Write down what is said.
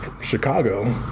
Chicago